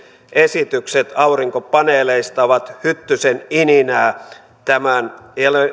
esitykset aurinkopaneeleista ovat hyttysen ininää tämän